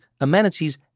amenities